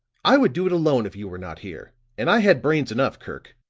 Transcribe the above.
i would do it alone if you were not here, and i had brains enough, kirk.